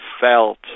felt